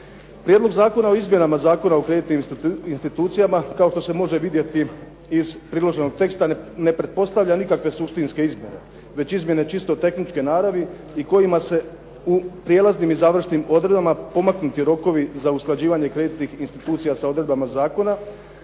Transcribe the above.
Prijedlog zakona o izmjenama Zakona o kreditnim institucijama, kao što se može vidjeti iz predloženog teksta, ne pretpostavlja nikakve suštinske izmjene, već izmjene čisto tehničke naravi i kojima su u prijelaznim i završnim pomaknuti rokovi za usklađivanje kreditnih institucija sa odredbama zakona